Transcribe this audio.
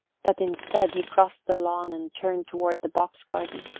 but instead, he crossed the lawn and turned toward the box-garden.